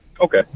Okay